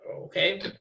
Okay